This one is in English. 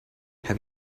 have